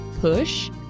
push